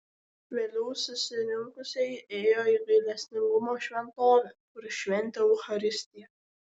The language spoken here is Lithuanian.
vėliau susirinkusieji ėjo į gailestingumo šventovę kur šventė eucharistiją